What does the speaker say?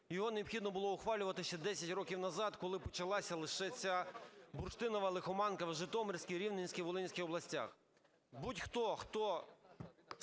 його необхідно було ухвалювати ще 10 років назад, коли почалася лише ця бурштинова лихоманка в Житомирській, Рівненській, Волинській областях.